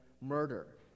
murder